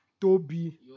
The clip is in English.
toby